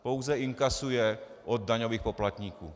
Pouze inkasuje od daňových poplatníků.